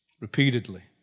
repeatedly